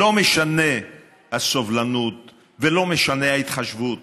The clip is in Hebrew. לא משנה הסובלנות ולא משנה ההתחשבות.